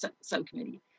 subcommittee